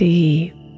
Deep